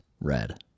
red